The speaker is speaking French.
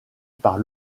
par